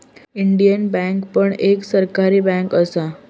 Indian bank पण एक सरकारी बँक असा